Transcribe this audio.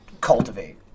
cultivate